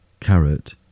carrot